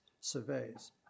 surveys